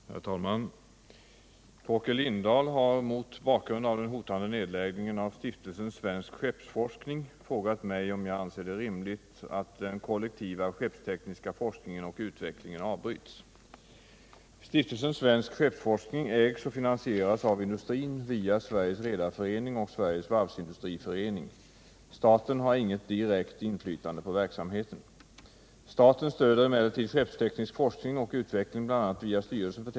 Herr talman! Torkel Lindahl har - mot bakgrund av den hotande nedläggningen av Stiftelsen Svensk skeppsforskning — frågat mig om jag anser det rimligt att den kollektiva skeppstekniska forskningen och utvecklingen avbryts. Stiftelsen Svensk skeppsforskning ägs och finansieras av industrin via Sveriges redareförening och Sveriges varvsindustriförening. Staten har inget direkt inflytande på verksamheten.